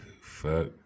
fuck